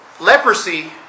Leprosy